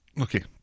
Okay